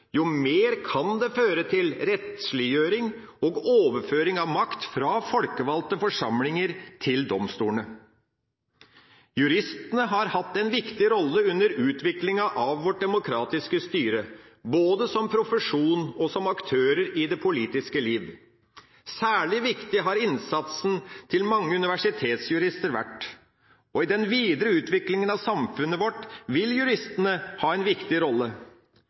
jo mer kan det føre til en rettsliggjøring og en overføring av makt fra folkevalgte forsamlinger til domstolene. Juristene har hatt en viktig rolle under utviklingen av vårt demokratiske styre, både som profesjon og som aktører i det politiske liv. Særlig viktig har innsatsen til mange universitetsjurister vært, og i den videre utviklingen av samfunnet vårt vil juristene ha en viktig rolle,